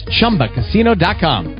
ChumbaCasino.com